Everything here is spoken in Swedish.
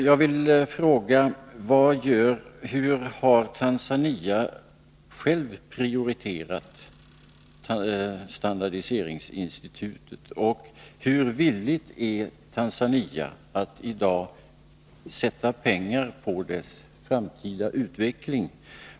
Jag vill fråga: Hur har Tanzania självt prioriterat standardiseringsinstitutet? Och hur villigt är Tanzania att i dag sätta av pengar för dess framtida utveckling?